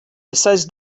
besides